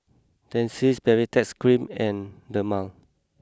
Dentiste Baritex cream and Dermale